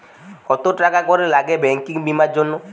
কত টাকা করে লাগে ব্যাঙ্কিং বিমার জন্য?